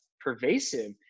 pervasive